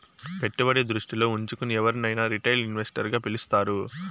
పెట్టుబడి దృష్టిలో ఉంచుకుని ఎవరినైనా రిటైల్ ఇన్వెస్టర్ గా పిలుస్తారు